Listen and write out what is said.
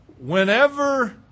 Whenever